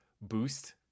Boost